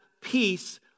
peace